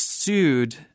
sued